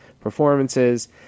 performances